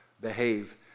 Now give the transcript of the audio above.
behave